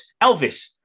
Elvis